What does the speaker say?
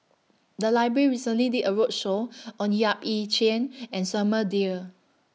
The Library recently did A roadshow on Yap Ee Chian and Samuel Dyer